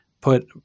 put